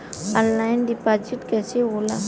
Online deposit कैसे होला?